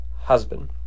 husband